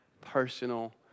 personal